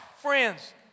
Friends